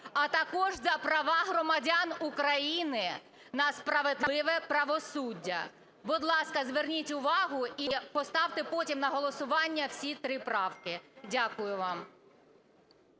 а також за права громадян України на справедливе правосуддя. Будь ласка, зверніть увагу і поставте потім на голосування всі три правки. Дякую вам.